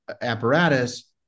apparatus